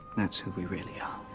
that's who we really are.